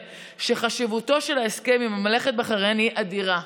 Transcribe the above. שחשיבותו של ההסכם עם ממלכת בחריין היא אדירה.